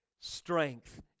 strength